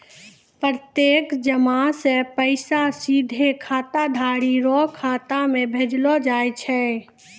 प्रत्यक्ष जमा से पैसा सीधे खाताधारी रो खाता मे भेजलो जाय छै